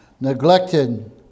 neglected